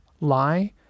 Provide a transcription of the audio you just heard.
lie